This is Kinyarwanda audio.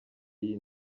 y’iyi